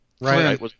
Right